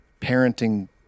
parenting